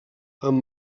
amb